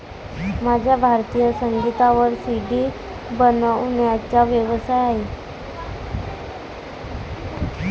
माझा भारतीय संगीतावर सी.डी बनवण्याचा व्यवसाय आहे